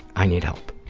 i need help,